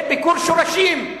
זה ביקור שורשים.